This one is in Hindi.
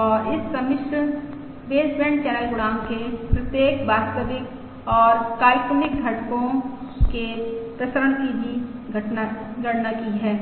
और इस सम्मिश्र बेसबैंड चैनल गुणांक के प्रत्येक वास्तविक और काल्पनिक घटकों के प्रसरण की भी गणना की हैं